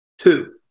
Two